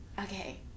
okay